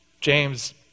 James